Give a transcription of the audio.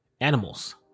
animals